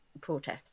protests